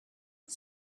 boy